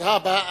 תודה רבה.